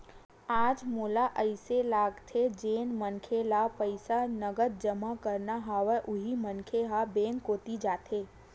आज मोला अइसे लगथे जेन मनखे ल पईसा नगद जमा करना हवय उही मनखे ह बेंक कोती जाथे